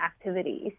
activities